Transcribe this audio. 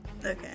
Okay